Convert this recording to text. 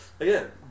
Again